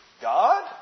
God